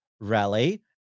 rally